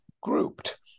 grouped